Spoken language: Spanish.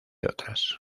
otras